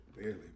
Barely